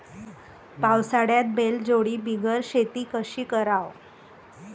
पावसाळ्यात बैलजोडी बिगर शेती कशी कराव?